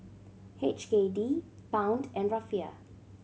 H K D Pound and Rufiyaa